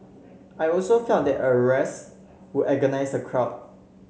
I also felt that arrests would antagonise the crowd